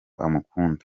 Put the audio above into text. amukunda